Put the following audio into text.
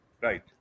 right